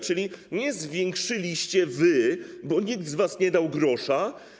Czyli nie wy zwiększyliście, bo nikt z was nie dał grosza.